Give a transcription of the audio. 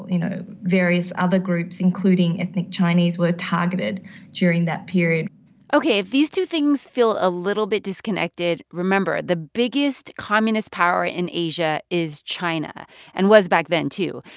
you know, various other groups, including ethnic chinese, were targeted during that period ok. if these two things feel a little bit disconnected, remember, the biggest communist power in asia is china and was back then, too.